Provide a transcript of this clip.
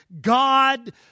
God